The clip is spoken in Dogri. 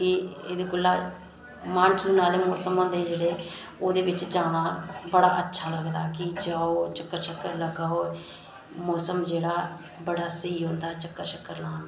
एह्दे कोला मार्च म्हीनऽ आह्ले मौसम होंदे जेह्ड़े ओह्दे बिच जाना बड़ा अच्छा लगदा की जाओ चक्कर लगाओ मौसम जेह्ड़ा बड़ा स्हेई होंदा चक्कर लाने दा